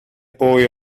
boy